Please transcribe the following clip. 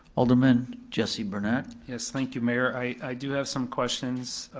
alderman jesse brunette. yes, thank you, mayor. i do have some questions